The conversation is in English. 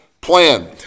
plan